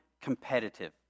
competitive